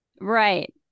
Right